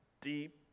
deep